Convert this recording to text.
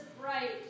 bright